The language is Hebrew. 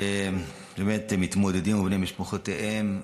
מתמודדים ובני משפחותיהם,